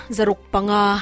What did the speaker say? Zarukpanga